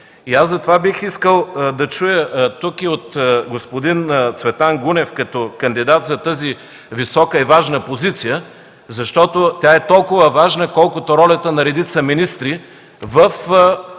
Затова бих искал да чуя тук и от господин Цветан Гунев като кандидат за тази висока и важна позиция – тя е толкова важна, колкото ролята на редица министри в